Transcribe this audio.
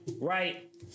right